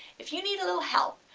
if you need a little help,